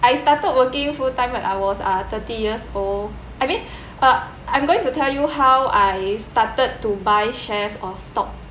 I started working full time when I was uh thirty years old I mean uh I'm going to tell you how I started to buy shares or stock